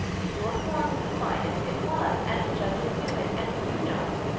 if your corn was the finest, it was, and the judges knew it, and you know it,